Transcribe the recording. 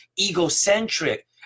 egocentric